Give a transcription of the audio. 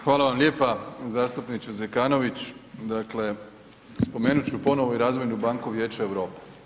Hvala vam lijepa zastupniče Zekanović, dakle spomenut ću ponovo i Razvojnu banku Vijeća Europe.